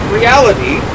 reality